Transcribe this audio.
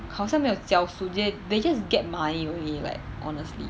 好像没有教书 they they just get money only like honestly